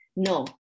No